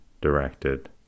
directed